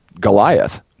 Goliath